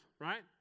right